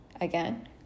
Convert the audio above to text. again